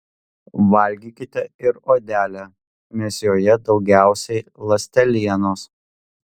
valgykite ir odelę nes joje daugiausiai ląstelienos